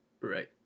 Right